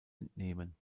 entnehmen